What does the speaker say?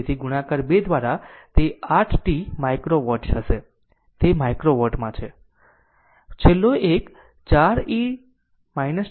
તેથી ગુણાકાર 2 દ્વારા તે 8 t માઇક્રો વોટ હશે તે માઇક્રો વોટ માં છે અને તેવું જ છે